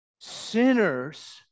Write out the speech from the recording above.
sinners